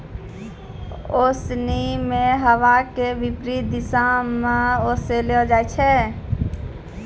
ओसोनि मे हवा के विपरीत दिशा म ओसैलो जाय छै